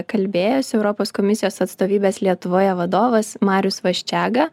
kalbėjosi europos komisijos atstovybės lietuvoje vadovas marius vaščega